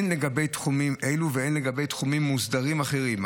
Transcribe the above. הן לגבי תחומים אלו והן לגבי תחומים מוסדרים אחרים.